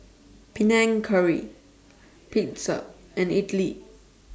Panang Curry Pizza and Idili